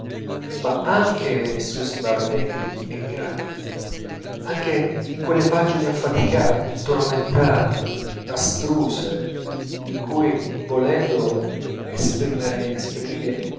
ma anche nei suoi smarrimenti è grande anche in quelle pagine affaticate tormentate astruse in cui volendo esprimere